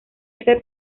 ser